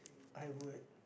I would